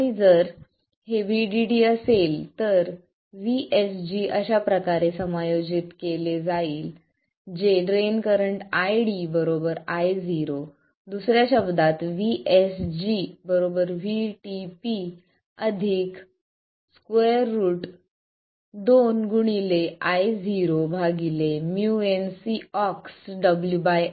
आणि जर हे VDD असेल तर हे VSG अशा प्रकारे समायोजित केले जाईल जे ड्रेन करंट ID Io दुसर्या शब्दांत VSG VTP 2 2 Io µnCox W L